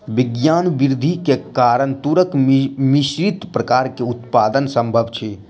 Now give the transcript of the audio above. विज्ञान वृद्धि के कारण तूरक मिश्रित प्रकार के उत्पादन संभव अछि